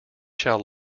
shall